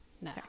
no